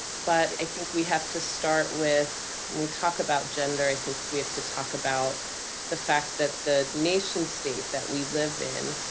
but i think we have to start with, when we talk about gender, i think we have to talk about the fact that the nation state that we live in,